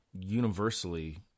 universally